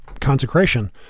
consecration